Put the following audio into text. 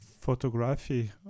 photography